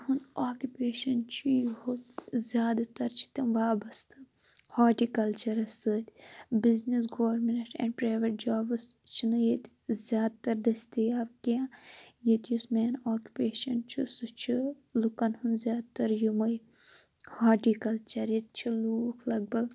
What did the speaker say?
تِہُنٛد آکیوپیشَن چھُ ہُتھ زیادٕ تَر چھِ تِم وابَستہٕ ہارٹی کَلچَرَس سٍتۍ business government and private jobs چھِنہٕ ییٚتہِ زیادٕ تَر دٔستِیاب کیٚنٛہہ ییٚتہِ یُس مین آکیوپیشَن چھُ سُہ چھُ لوٗکَن ہُنٛد زیادٕ تَر یِمےَ ہارٹی کَلچَر ییٚتہِ چھِ لوٗکھ لَگ بَگ